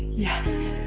yes.